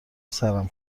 سرم